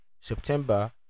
September